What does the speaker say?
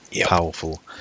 powerful